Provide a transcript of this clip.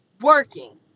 working